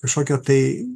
kažkokio tai